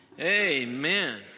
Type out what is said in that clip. Amen